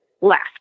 left